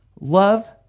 love